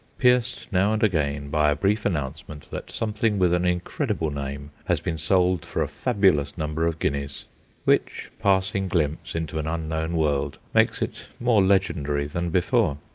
pierced now and again by a brief announcement that something with an incredible name has been sold for a fabulous number of guineas which passing glimpse into an unknown world makes it more legendary than before.